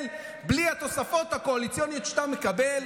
בלי התוספות הקואליציוניות שאתה מקבל?